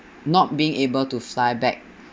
not being able to fly back